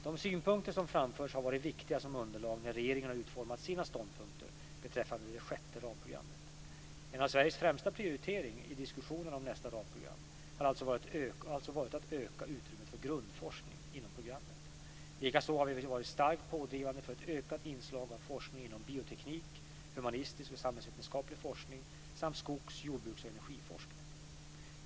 De synpunkter som framförts har varit viktiga som underlag när regeringen utformat sina ståndpunkter beträffande det sjätte ramprogrammet. En av Sveriges främsta prioriteringar i diskussionerna om nästa ramprogram har alltså varit att öka utrymmet för grundforskning inom ramprogrammet. Likaså har vi varit starkt pådrivande för ett ökat inslag av forskning inom bioteknik, humanistisk och samhällsvetenskaplig forskning samt skogs-, jordbruks och energiforskning.